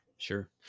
Sure